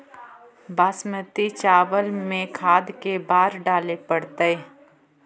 बासमती चावल में खाद के बार डाले पड़तै?